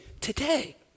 today